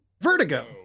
Vertigo